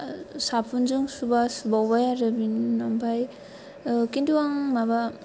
साबुनजों सुबा सुबावबाय आरो बिनि उनाव ओमफ्राय किन्तु आं माबा